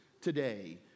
today